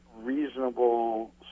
reasonable